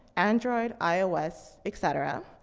android, ios, et cetera,